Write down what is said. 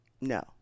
No